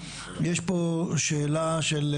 יש פה שאלה של,